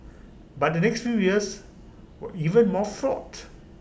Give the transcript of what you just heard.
but the next few years were even more fraught